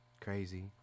crazy